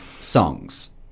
songs